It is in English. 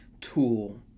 tool